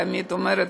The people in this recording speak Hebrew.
תמיד אומרת,